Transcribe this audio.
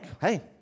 Hey